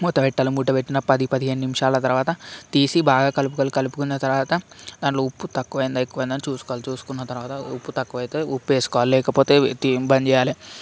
మూత పెట్టాలి మూత పెట్టి పది పదిహేను నిమిషాల తర్వాత తీసి బాగా కలుపు కలుపుకున్న తర్వాత దానిలో ఉప్పు తక్కువైందా ఎక్కువైదా చూసుకోవాలి చూసుకున్న తర్వాత ఉప్పు తక్కువైతే ఉప్పు వేసుకోవాలి లేకపోతే బంద్ చేయాలి